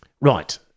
Right